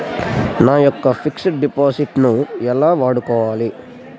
నా యెక్క fixed deposit ను నేను ఎలా వాడుకోవాలి?